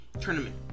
Tournament